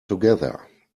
together